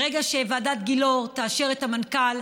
ברגע שוועדת גילאור תאשר את המנכ"ל,